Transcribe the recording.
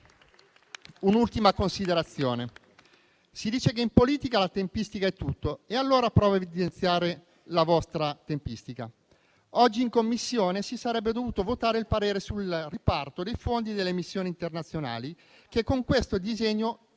un'ultima considerazione. Si dice che in politica la tempistica è tutto e allora provo a evidenziare la vostra tempistica. Oggi in Commissione si sarebbe dovuto votare il parere sul riparto dei fondi delle missioni internazionali, che con questo disegno